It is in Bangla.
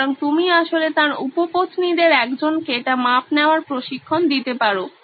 সুতরাং তুমি আসলে তাঁর উপপত্নীদের একজনকে এটা মাপ নেওয়ার প্রশিক্ষণ দিতে পারো